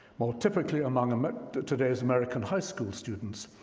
more typically, among among today's american high school students,